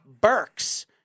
Burks